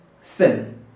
sin